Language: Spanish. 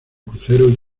crucero